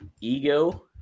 Ego